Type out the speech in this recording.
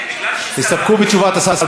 תסתפקו בתשובת השר.